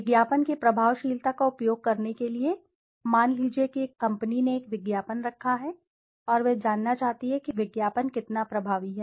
विज्ञापन की प्रभावशीलता का उपयोग करने के लिए मान लीजिए कि एक कंपनी ने एक विज्ञापन रखा है और वह जानना चाहती है कि विज्ञापन कितना प्रभावी है